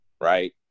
right